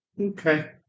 Okay